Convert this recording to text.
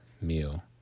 meal